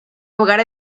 lugar